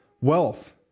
wealth